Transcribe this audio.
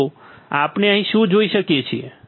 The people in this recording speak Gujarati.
તો આપણે અહીં શું જોઈ શકીએ છીએ